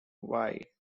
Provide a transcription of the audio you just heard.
why